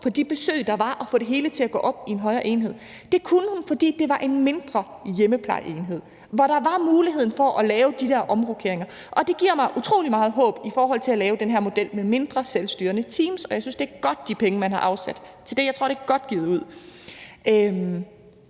på de besøg, der var, og få det hele til at gå op i en højere enhed. Det kunne hun, fordi det var en mindre hjemmeplejeenhed, hvor der var mulighed for at lave de der omrokeringer. Det giver mig utrolig meget håb i forhold til at lave den her model med mindre selvstyrende teams. Og jeg synes, at det er godt med de penge, man har afsat til det. Jeg tror, at det er godt givet ud. Det